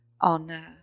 on